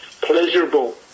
pleasurable